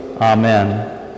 Amen